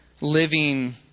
living